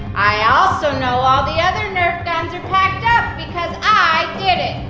i also know all the other nerf guns are packed up because i did it!